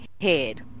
head